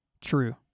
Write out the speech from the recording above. true